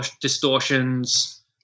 distortions